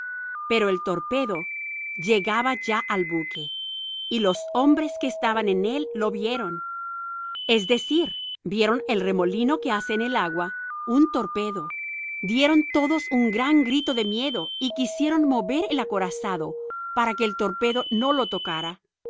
pero el torpedo llegaba ya al buque y los hombres que estaban en él lo vieron es decir vieron el remolino que hace en el agua un torpedo dieron todos un gran grito de miedo y quisieron mover el acorazado para que el torpedo no lo tocara